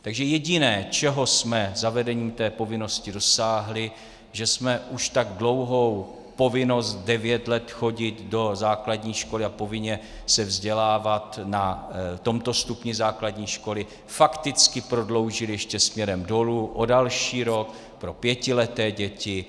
Takže jediné, čeho jsme zavedením té povinnosti dosáhli, že jsme už tak dlouhou povinnost devět let chodit do základní školy a povinně se vzdělávat na tomto stupni základní školy fakticky prodloužili ještě směrem dolů o další rok pro pětileté děti.